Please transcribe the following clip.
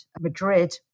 Madrid